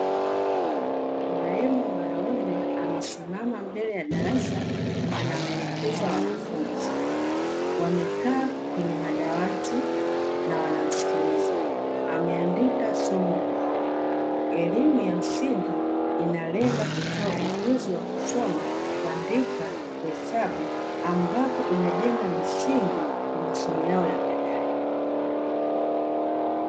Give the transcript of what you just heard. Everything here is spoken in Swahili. Mwalimu mwanaume amesimama mbele ya darasa anawaelekeza wanafunzi, wamekaa kwenye madawati na wanamsikiliza; ameandika somo ubaoni. Elimu ya msingi inalenga kutoa ujuzi wa: kusoma, kuandika, kuhesabu; ambapo inajenga misingi kwa masomo yao ya baadae.